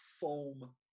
foam